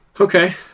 Okay